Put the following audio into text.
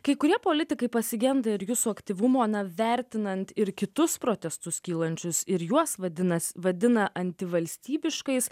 kai kurie politikai pasigenda ir jūsų aktyvumo na vertinant ir kitus protestus kylančius ir juos vadinasi vadina antivalstybiškais